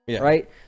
right